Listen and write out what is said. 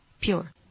pure